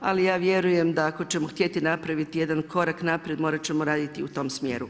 Ali ja vjerujem da ako ćemo htjeti napraviti jedan korak naprijed morati ćemo raditi i u tom smjeru.